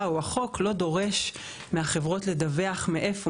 או החוק לא דורש מהחברות לדווח מאיפה.